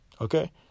okay